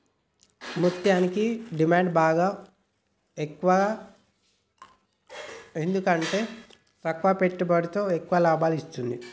ముత్యనికి డిమాండ్ బాగ ఎక్కువ ఎందుకంటే తక్కువ పెట్టుబడితో ఎక్కువ లాభాలను ఇత్తుంది